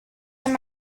and